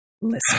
Listen